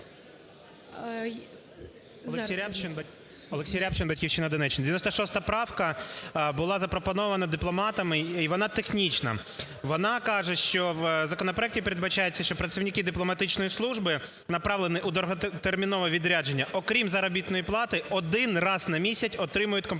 Олексій Рябчин, "Батьківщина", Донеччина. 96 правка була запропонована дипломатами і вона технічна. Вона каже, що у законопроекті передбачається, що працівники дипломатичної служби, направлені у довготермінове відрядження, крім заробітної плати, один раз на місяць отримують компенсаційні